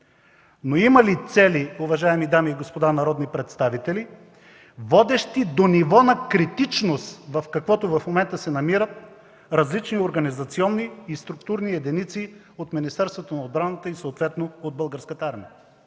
Но има ли цели, уважаеми дами и господа народни представители, водещи до ниво на критичност, в каквото в момента се намират различни организационни и структурни единици от Министерството на отбраната и съответно от Българската армия?